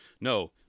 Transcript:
no